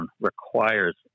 requires